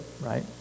right